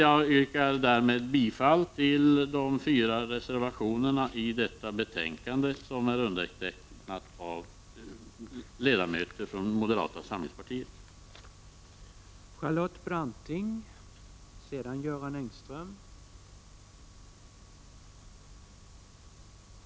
Härmed yrkar jag bifall till de fyra reservationer som är fogade till detta betänkande och som ledamöter av moderata samlingspartiet står bakom.